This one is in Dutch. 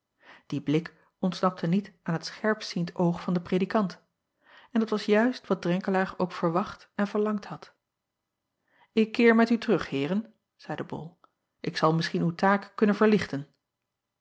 ie blik ontsnapte niet aan het scherpziend oog van den predikant en dat was juist wat renkelaer ook verwacht en verlangd had k keer met u terug eeren zeide ol ik zal misschien uw taak kunnen verlichten